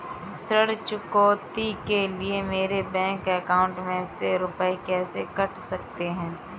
ऋण चुकौती के लिए मेरे बैंक अकाउंट में से रुपए कैसे कट सकते हैं?